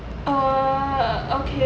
err okay